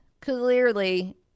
clearly